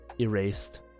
erased